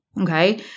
Okay